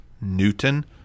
Newton